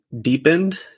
deepened